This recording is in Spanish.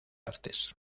artes